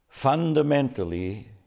Fundamentally